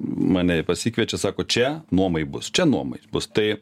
mane pasikviečia sako čia nuomai bus čia nuomai bus tai